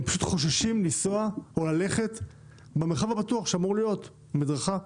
הם פשוט חוששים ללכת במרחב הבטוח שאמור להיות שלהם המדרכה.